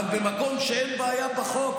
אבל במקום שאין בעיה בחוק,